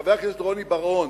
לחבר הכנסת רוני בר-און: